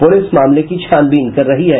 police मामले की छानबीन कर रही है